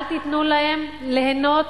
אל תיתנו להם ליהנות